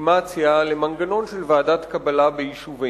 לגיטימציה למנגנון של ועדת קבלה ביישובים,